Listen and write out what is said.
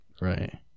right